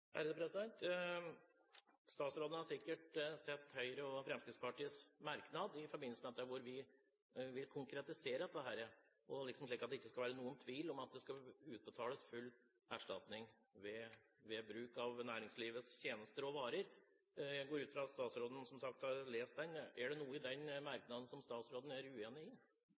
Statsråden har sikkert sett Høyre og Fremskrittspartiets merknad i denne forbindelse, hvor vi vil konkretisere dette, slik at det ikke skal være noen tvil om at det skal utbetales full erstatning ved bruk av næringslivets tjenester og varer. Jeg går, som sagt, ut fra at statsråden har lest merknaden. Er det noe i den merknaden som statsråden er uenig i?